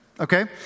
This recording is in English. Okay